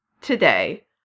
today